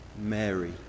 Mary